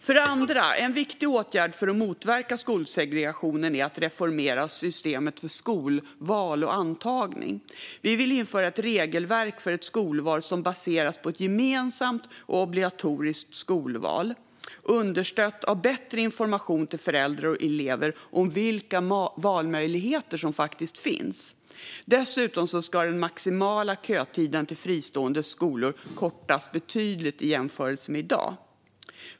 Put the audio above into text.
För det andra: En viktig åtgärd för att motverka skolsegregationen är att reformera systemet för skolval och antagning. Vi vill införa ett regelverk för ett skolval som baseras på ett gemensamt och obligatoriskt skolval, understött av bättre information till föräldrar och elever om vilka valmöjligheter som faktiskt finns. Dessutom ska den maximala kötiden till fristående skolor kortas betydligt i jämförelse med i dag.